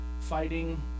fighting